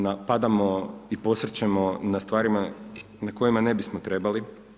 Napadamo i osvrćemo na stvarima na kojima ne bismo trebali.